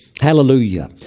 Hallelujah